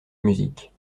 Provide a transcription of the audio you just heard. musique